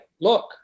look